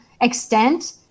extent